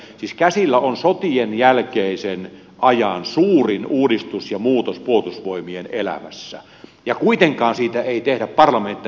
siis käsillä on sotien jälkeisen ajan suurin uudistus ja muutos puolustusvoimien elämässä ja kuitenkaan siitä ei tehdä parlamentaarista selontekoa